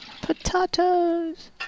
Potatoes